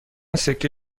سکه